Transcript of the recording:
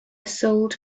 sold